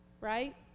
right